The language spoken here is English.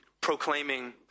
proclaiming